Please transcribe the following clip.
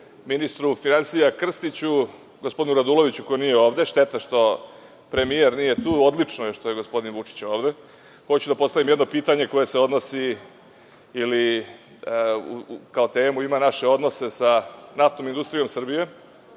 ministru finansija Krstiću, gospodinu Raduloviću, koji nije ovde, a šteta što i premijer nije tu, ali je odlično što je gospodin Vučić ovde, hoću da postavim jedno pitanje koje se odnosi ili kao temu ima naše odnose sa Naftnom industrijom Srbije,